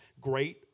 great